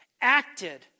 acted